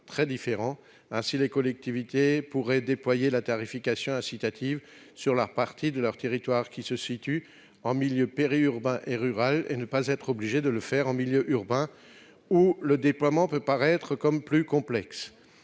très différents : les collectivités pourraient ainsi déployer la tarification incitative sur la partie de leur territoire qui se situe en milieu périurbain et rural et ne pas être obligées de le faire en milieu urbain où le déploiement peut paraître plus complexe.